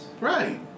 Right